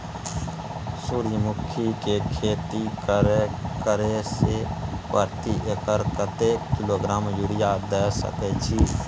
सूर्यमुखी के खेती करे से प्रति एकर कतेक किलोग्राम यूरिया द सके छी?